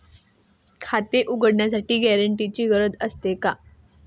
खाते उघडण्यासाठी गॅरेंटरची गरज असते का?